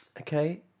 Okay